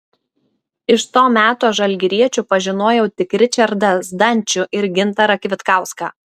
iš to meto žalgiriečių pažinojau tik ričardą zdančių ir gintarą kvitkauską